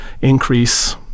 increase